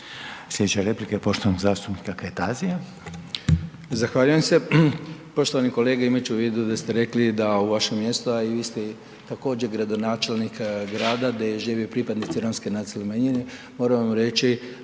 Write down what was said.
Slijedeća replika je poštovanog zastupnika Kajtazija.